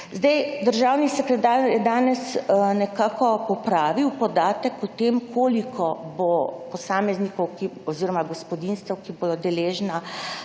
Zdaj državni sekretar je danes nekako popravil podatek o tem, koliko bo posameznikov oziroma gospodinjstev, ki bodo deležna